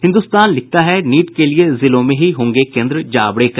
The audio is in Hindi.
हिन्दुस्तान लिखता है नीट के लिये जिलों में ही होंगे केंद्र जावड़ेकर